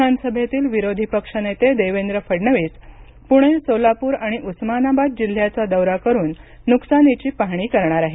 विधानसभेतील विरोधी पक्षनेते देवेंद्र फडणवीस पुणे सोलापूर आणि उस्मानाबाद जिल्ह्याचा दौरा करून नुकसानीची पाहणी करणार आहेत